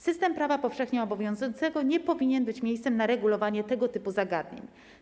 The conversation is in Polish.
System prawa powszechnie obowiązującego nie powinien być miejscem na regulowanie tego typu zagadnień.